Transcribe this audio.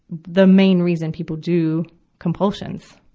the main reason people do compulsions,